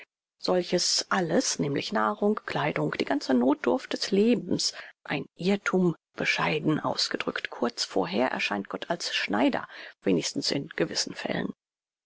solches alles nämlich nahrung kleidung die ganze nothdurft des lebens ein irrthum bescheiden ausgedrückt kurz vorher erscheint gott als schneider wenigstens in gewissen fällen